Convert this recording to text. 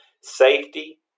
safety